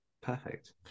perfect